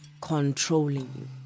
controlling